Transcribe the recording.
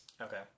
Okay